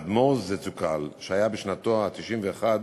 האדמו"ר זצוק"ל, שהיה בשנתו ה-91,